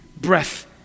breath